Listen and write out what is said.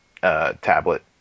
tablet